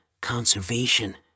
conservation